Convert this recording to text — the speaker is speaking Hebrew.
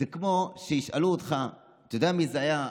זה כמו שישאלו אותך: אתה יודע, היושב-ראש,